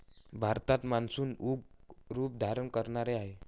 भारतात मान्सून उग्र रूप धारण करणार आहे